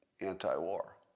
anti-war